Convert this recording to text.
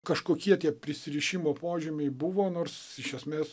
kažkokie tie prisirišimo požymiai buvo nors iš esmės